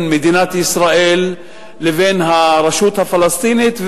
מדינת ישראל לבין הרשות הפלסטינית.